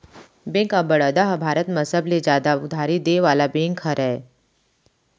bank of Baroda ह भारत म सबले जादा उधारी देय वाला बेंक हरय